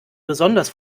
besonders